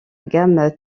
gamme